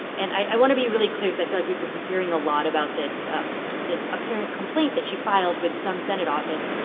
and i want to be really clear cause i feel like we've been hearing a lot about this um this apparent complaint that she filed with some senate office.